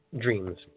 dreams